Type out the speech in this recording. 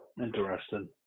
interesting